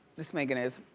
this megyn is.